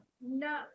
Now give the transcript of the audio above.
No